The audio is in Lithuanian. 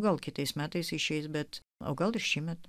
gal kitais metais išeis bet o gal šįmet